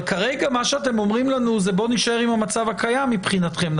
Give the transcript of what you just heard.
אבל כרגע אתם אומרים לנו להישאר במצב הקיים מבחינתכם,